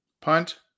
Punt